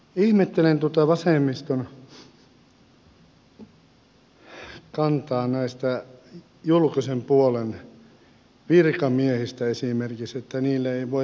ihmettelen tuota vasemmiston kantaa näistä julkisen puolen virkamiehistä esimerkiksi että niille ei voi tehdä mitään